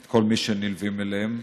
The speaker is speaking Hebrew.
את כל מי שנלווים אליהם,